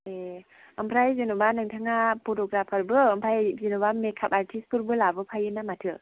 ए आमफ्राय जेन'बा नोंथाङा फट'ग्राफारबो आमफाय जेन'बा मेकाप आर्टिस्टफोरबो लाबोफायो ना माथो